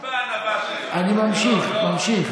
אני ממשיך, ממשיך.